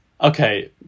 Okay